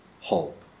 hope